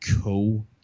Cool